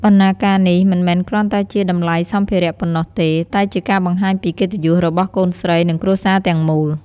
បណ្ណាការនេះមិនមែនគ្រាន់តែជាតម្លៃសម្ភារៈប៉ុណ្ណោះទេ តែជាការបង្ហាញពីកិត្តិយស របស់កូនស្រី និងគ្រួសារទាំងមូល។